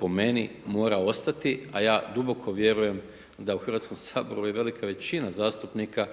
po meni mora ostati a ja duboko vjerujem da u Hrvatskom saboru je velika većina zastupnika